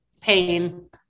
pain